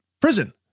prison